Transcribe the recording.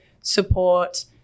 support